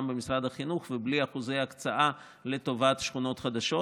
במשרד החינוך ובלי אחוזי הקצאה לטובת שכונות חדשות.